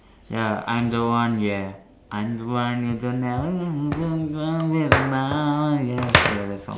ya I am the one yeah I am the one ya that song